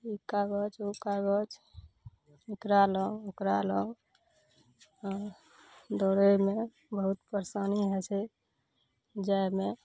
ई कागज ओ कागज एकरा लाउ ओकरा लाउ दौड़ैमे बहुत परेशानी होइ छै जाइमे